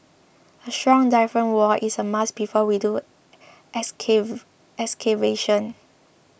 a strong diaphragm wall is a must before we do excavation